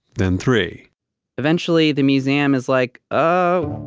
then three eventually, the museum is like, ah,